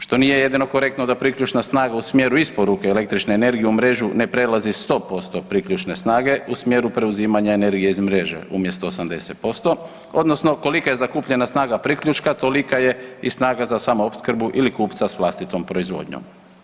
Što nije jedino korektno da priključna snaga u smjeru isporuke električne energije u mrežu ne prelazi 100% priključne snage u smjeru preuzimanja energije iz mreže umjesto 80% odnosno koliko je zakupljena snaga priključka tolika je i snaga za samoopskrbu ili kupca sa vlastitom proizvodnjom.